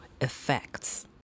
effects